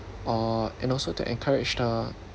or and also to encourage the